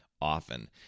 often